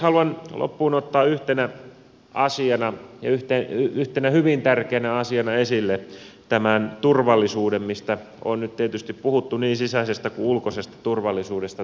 haluan loppuun ottaa yhtenä asiana ja yhtenä hyvin tärkeänä asiana esille turvallisuuden josta on nyt tietysti puhuttu niin sisäisestä kuin ulkoisesta turvallisuudesta